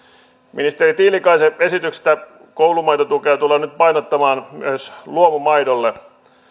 ministeri tiilikaisen esityksestä koulumaitotukea tullaan nyt painottamaan myös luomumaidolle